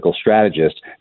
strategist